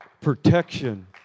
protection